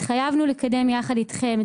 התחייבנו לקדם יחד אתכם,